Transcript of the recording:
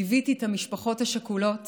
ליוויתי את המשפחות השכולות